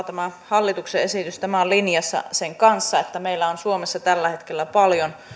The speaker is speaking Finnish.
tämä hallituksen esitys on kannatettava tämä on linjassa sen kanssa että meillä on suomessa tällä hetkellä paljon